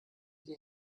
die